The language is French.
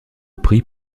prit